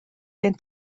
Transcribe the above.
gen